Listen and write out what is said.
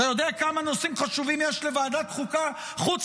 אתה יודע כמה נושאים חשובים יש לוועדת חוקה חוץ